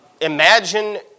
Imagine